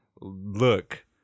look